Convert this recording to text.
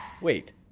Wait